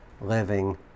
living